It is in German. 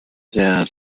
sehr